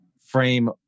Frame